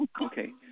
Okay